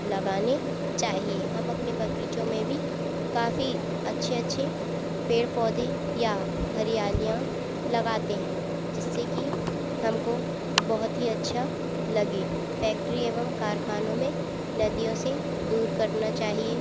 लगाने चाहिए हम अपने बगीचों में भी काफ़ी अच्छे अच्छे पेड़ पौधे या हरियालियाँ लगाते हैं जिससे कि हमको बहुत ही अच्छा लगे फैक्ट्री एवं कारखानों में नदियों से दूर करना चाहिए